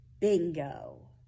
bingo